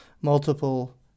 multiple